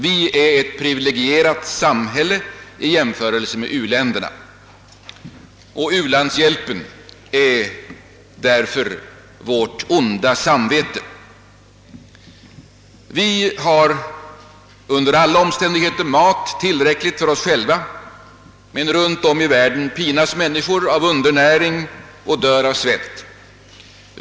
Vi är ett privilegierat samhälle i jämförelse med u-länderna. U-landshjälpen är vårt onda samvete. Vi har under alla omständigheter mat tillräckligt för oss själva, men runt om i världen pinas människor av undernäring och dör av svält.